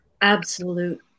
absolute